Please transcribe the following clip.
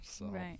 Right